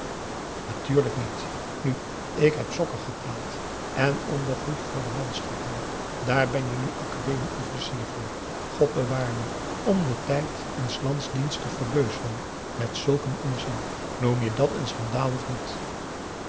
natuurlijk niet nu ik heb sokken geteld en ondergoed voor de manschappen daar ben je nu academie officier voor god bewaar me om den tijd in s lands dienst te verbeuzelen met zulken onzin noem je dat een schandaal of niet